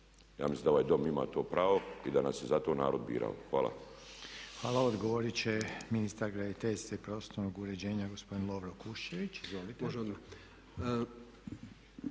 Ja mislim da ovaj Dom ima to pravo i da nas je zato narod birao. Hvala. **Reiner, Željko (HDZ)** Hvala. Odgovorit će ministar graditeljstva i prostornog uređenja gospodin Lovro Kuščević, izvolite.